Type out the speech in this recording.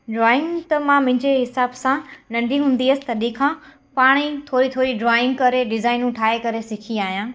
drawing त मां मुंहिंजे हिसाब सां नंढी हूंदी हुअसि तडहिं खां पाण ई थोरी थोरी ड्रॉइंग करे डिजाइनियूं ठाहे करे सिखी आहियां